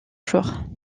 jours